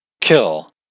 Kill